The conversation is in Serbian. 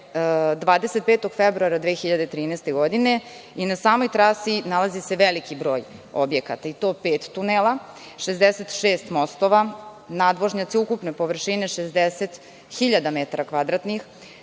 25. februara 2013. godine, i na samoj trasi nalazi se veliki broj objekata i to pet tunela, 66 mostova, nadvožnjaci ukupne površine 60 hiljada metara kvadratnih,